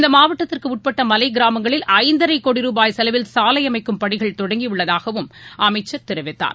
இந்தமாவட்டத்திற்குஉட்பட்டமலைக்கிராமங்களில் ஐந்தரைகோடி ரூபாய் செலவில் சாலைஅமைக்கும் பணிகள் தொடங்கியுள்ளதாகவும் அமைச்சர் தெரிவித்தார்